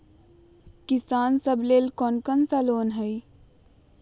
किसान सवे लेल कौन कौन से लोने हई?